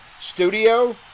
studio